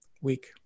week